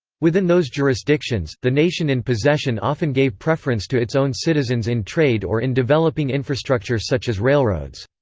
within those jurisdictions, the nation in possession often gave preference to its own citizens in trade or in developing infrastructure such as railroads.